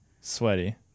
Sweaty